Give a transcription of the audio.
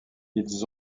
ils